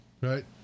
right